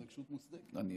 אני אומר,